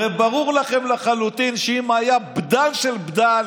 הרי ברור לכם לחלוטין שאם היה בדל של בדל,